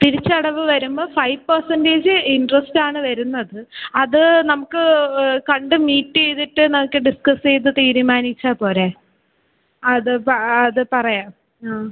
തിരിച്ചടവ് വരുമ്പോൾ five percentage interest ആണ് വരുന്നത് അത് നമുക്ക് കണ്ട് മീറ്റ് ചെയ്തിട്ട് നമുക്ക് ഡിസ്കസ് ചെയ്ത് തീരുമാനിച്ചാൽ പോരേ അത് പ ആ അത് പറയാം ആ